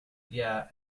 yeah